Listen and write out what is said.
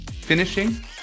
finishing